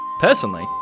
Personally